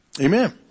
Amen